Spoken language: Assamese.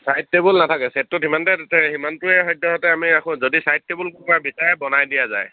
ছাইড টেবুল নাথাকে ছেটটোত সিমানতে সিমানটোৱে সদ্যহতে আমি ৰাখোঁ যদি চাইড টেবুল কোনাৱা বিচাৰে বনাই দিয়া যায়